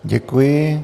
Děkuji.